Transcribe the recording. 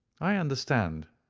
i understand,